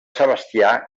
sebastià